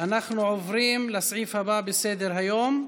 אנחנו עוברים לסעיף הבא בסדר-היום: